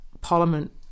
parliament